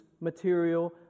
material